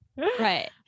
Right